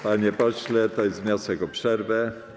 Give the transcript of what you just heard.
Panie pośle, to jest wniosek o przerwę.